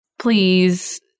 please